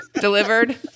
Delivered